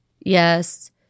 Yes